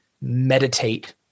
meditate